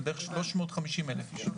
זה בערך 350,000 בשנה.